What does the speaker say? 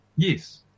Yes